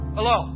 Hello